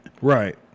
Right